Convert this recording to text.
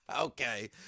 Okay